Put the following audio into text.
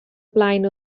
blaen